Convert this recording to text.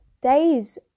days